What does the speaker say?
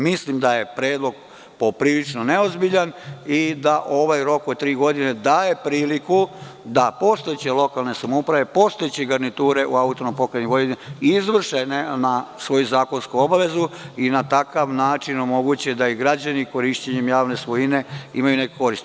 Mislim da je predlog poprilično neozbiljan i da ovaj rok od tri godine daje priliku da postojeće lokalne samouprave, postojeće garniture u AP Vojvodini izvrše svoju zakonsku obavezu i na takav način omoguće da i građani korišćenjem javne svojine imaju neku korist.